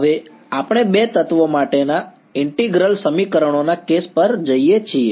હવે આપણે બે તત્વો માટેના ઈન્ટીગ્રલ સમીકરણોના કેસ પર જઈએ છીએ